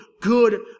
good